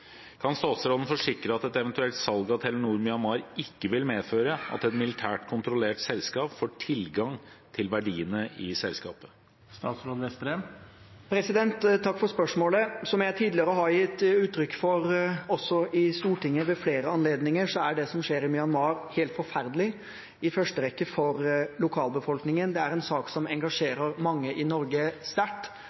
Kan statsråden forsikre at et eventuelt salg av Telenor Myanmar ikke vil medføre at et militært kontrollert selskap får tilgang til verdiene i selskapet?» Takk for spørsmålet. Som jeg tidligere har gitt uttrykk for, også ved flere anledninger i Stortinget, er det som skjer i Myanmar, helt forferdelig, i første rekke for lokalbefolkningen. Det er en sak som engasjerer mange i Norge sterkt,